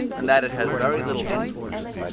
and that it has very little influence,